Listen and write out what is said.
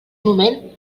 moment